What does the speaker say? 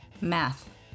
Math